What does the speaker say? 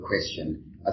question